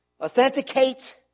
authenticate